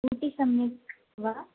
ऊटि सम्यक् वा